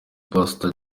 pastor